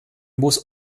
muss